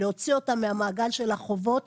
להוציא אותם מהמעגל של החובות,